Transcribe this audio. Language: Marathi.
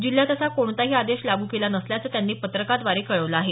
जिल्ह्यात असा कोणताही आदेश लागू केला नसल्याचं त्यांनी पत्रकाद्वारे कळवलं आहे